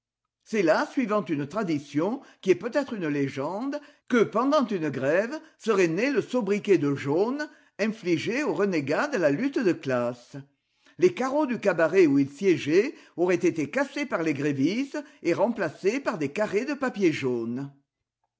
c'est là suivant une tradition qui est peut-être une légende que pendant une grève serait né le sobriquet de jaunes infligé aux renégats de la lutte de classe les carreaux du cabaret où ils siégeaient auraient été cassés par les grévistes et remplacés par des carrés de papier jaune